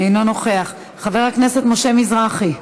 אינו נוכח, חבר הכנסת משה מזרחי,